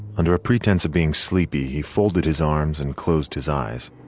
under a pretense of being sleepy, he folded his arms and closed his eyes.